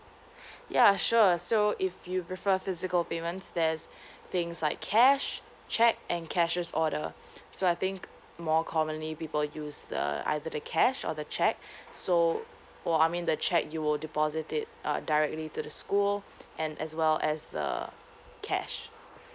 ya sure so if you prefer physical payments there's things like cash check and cashiers order so I think more commonly people use the either the cash or the check so for I mean the check you will deposit it err directly to the school and as well as the cash